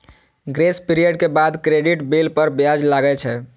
grace period के बाद credit bill पर ब्याज लागै छै